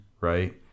right